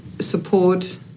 support